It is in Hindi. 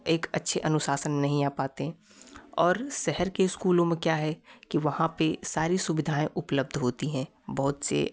एक अच्छे अनुशासन में नहीं आ पाते और शहर के स्कूलों में क्या है कि वहाँ पर सर सुविधाएँ उपलब्ध होती हैं बहुत से